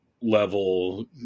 level